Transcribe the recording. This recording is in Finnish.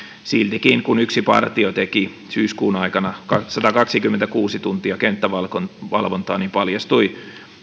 siltikin kun yksi partio teki syyskuun aikana satakaksikymmentäkuusi tuntia kenttävalvontaa niin paljastui